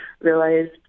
realized